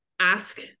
ask